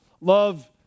love